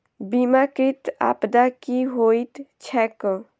बीमाकृत आपदा की होइत छैक?